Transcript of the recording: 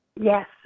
yes